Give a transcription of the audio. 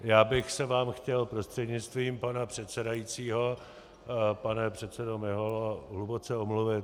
Já bych se vám chtěl prostřednictvím pana předsedajícího, pane předsedo Miholo, hluboce omluvit.